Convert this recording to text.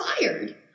fired